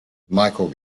michael